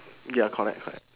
ya correct correct